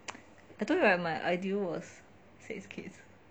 I told you right my ideal was six kids